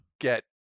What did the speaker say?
get